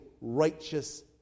righteous